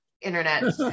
internet